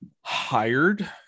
hired